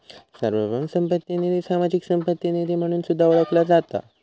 सार्वभौम संपत्ती निधी, सामाजिक संपत्ती निधी म्हणून सुद्धा ओळखला जाता